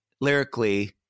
lyrically